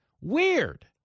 Weird